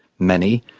many,